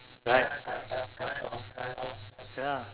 right ya lah